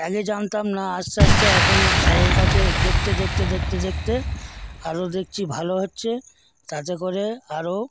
আগে জানতাম না আস্তে আস্তে এখন স্যারের কাছে দেখতে দেখতে দেখতে দেখতে আরো দেখছি ভালো হচ্ছে তাতে করে আরো